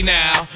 now